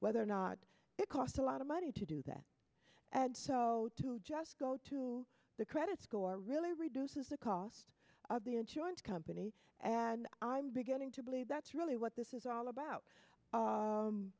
whether or not it cost a lot of money to do that and so to just go to the credit score really reduces the the insurance company and i'm beginning to believe that's really what this is all about